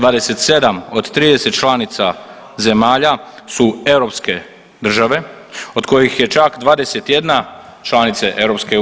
27 od 30 članica zemalja su europske države od kojih je čak 21 članica EU.